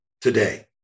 today